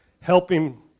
helping